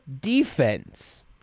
defense